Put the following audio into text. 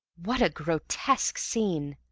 what a grotesque scene!